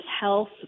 health